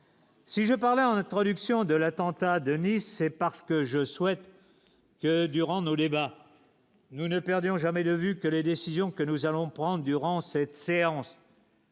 Si je parlais en introduction de l'attentat de Nice, c'est parce qu'. Je souhaite durant nos débats, nous ne perdons jamais de vue que les décisions que nous allons prendre durant cette séance.